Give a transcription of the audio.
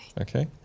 Okay